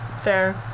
Fair